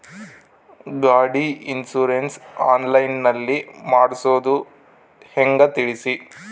ಗಾಡಿ insurance online ನಲ್ಲಿ ಮಾಡ್ಸೋದು ಹೆಂಗ ತಿಳಿಸಿ?